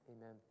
amen